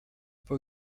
for